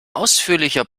ausführlicher